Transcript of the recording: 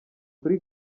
kuri